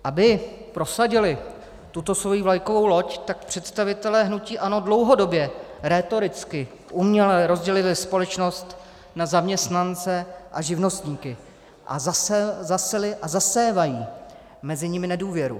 Aby prosadili tuto svoji vlajkovou loď, tak představitelé hnutí ANO dlouhodobě rétoricky, uměle rozdělili společnost na zaměstnance a živnostníky a zaseli a zasévají mezi nimi nedůvěru.